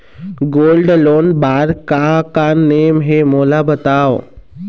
Gold loan बार का का नेम हे, मोला बताव?